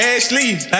Ashley